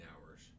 hours